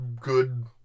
good